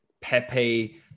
Pepe